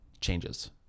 changes